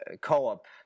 co-op